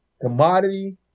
commodity